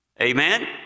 Amen